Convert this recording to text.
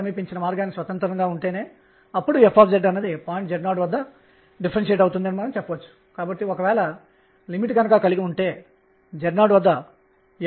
ఇప్పుడు 2 నిబంధనలు 2 క్వాంటం నిబంధనలు r పైన ఒకటి మరియు పైన ఒకటి ఉన్నాయని గమనించండి